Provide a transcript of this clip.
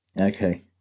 Okay